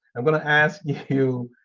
i'm gonna ask you,